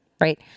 right